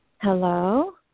Hello